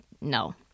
no